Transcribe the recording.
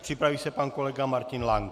Připraví se pan kolega Martin Lank.